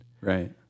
right